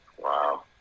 Wow